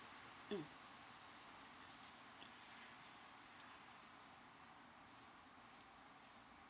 mm